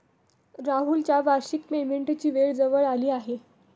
राहुलच्या वार्षिक पेमेंटची वेळ जवळ आली आहे